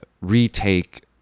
retake